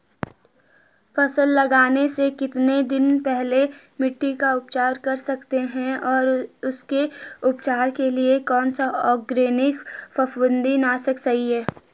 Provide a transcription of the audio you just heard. फसल लगाने से कितने दिन पहले मिट्टी का उपचार कर सकते हैं और उसके उपचार के लिए कौन सा ऑर्गैनिक फफूंदी नाशक सही है?